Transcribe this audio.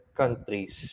countries